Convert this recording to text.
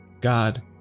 God